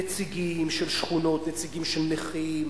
נציגים של שכונות, נציגים של נכים,